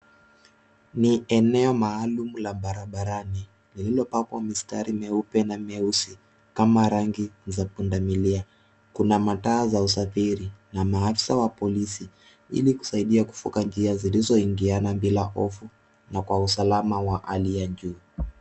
Ni eneo maalumu la barabarani lililopakwa mistari mweupe na mweusi kama rangi za pundamilia. Kuna mataa za usafiri na maafisa wa polisi ili kusaidia kuvuka njia zilizoingiana bila hofu na kwa usalama wa hali ya juu.